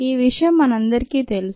ఈ విషయం మనందరికీ తెలుసు